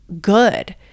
good